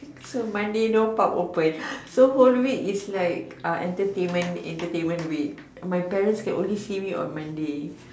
so Monday no pub open so whole week is like uh entertainment night my parents can only see me on Monday